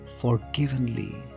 forgivenly